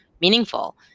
meaningful